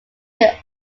year